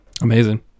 Amazing